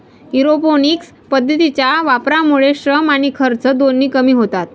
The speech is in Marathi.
एरोपोनिक्स पद्धतीच्या वापरामुळे श्रम आणि खर्च दोन्ही कमी होतात